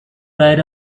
ride